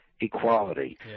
equality